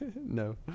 No